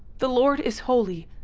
the lord is holy.